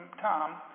Tom